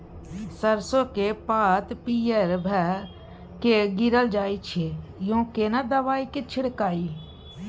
सरसो के पात पीयर भ के गीरल जाय छै यो केना दवाई के छिड़कीयई?